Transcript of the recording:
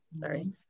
sorry